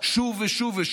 שוב ושוב.